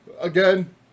again